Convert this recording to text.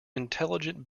intelligent